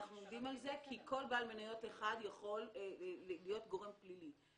אנחנו עומדים על זה כי כל בעל מניות אחד יכול להיות גורם פלילי.